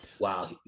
Wow